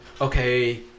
okay